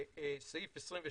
סעיף 22: